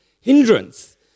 hindrance